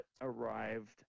arrived